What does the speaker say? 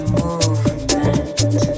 movement